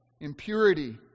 impurity